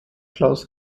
claus